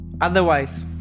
otherwise